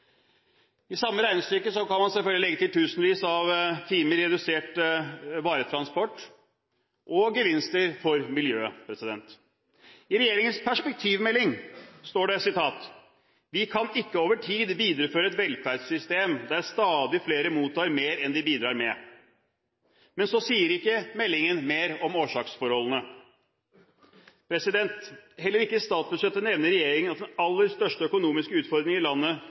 I det samme regnestykket kan man selvfølgelig legge til tusenvis av timer i redusert varetransport og gevinster for miljøet. I regjeringens perspektivmelding står det: «Vi kan ikke over tid videreføre et velferdssystem der stadig flere mottar mer enn de bidrar med.» Mer sier ikke meldingen om årsaksforholdene. Heller ikke i statsbudsjettet nevner regjeringen den aller største økonomiske utfordringen landet står overfor. Ingen nevner den økonomiske elefanten i